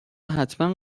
حتما